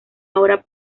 ahora